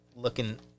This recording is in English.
looking